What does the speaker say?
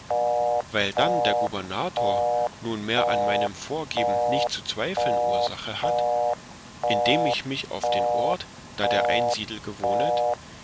weil dann der gubernator nunmehr an meinem vorgeben nicht zu zweiflen ursache hat indem ich mich auf den ort da der einsiedel gewohnet